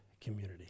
community